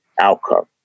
outcome